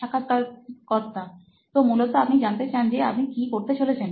সাক্ষাৎকারকর্তা তো মূলত আপনি জানতে চান যে আপনি কি করতে চলেছেন